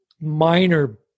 minor